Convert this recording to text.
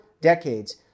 decades